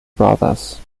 brothers